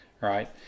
right